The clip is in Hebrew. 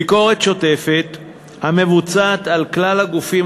ביקורת שוטפת המבוצעת על כלל הגופים